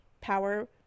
power